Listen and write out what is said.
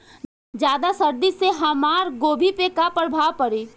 ज्यादा सर्दी से हमार गोभी पे का प्रभाव पड़ी?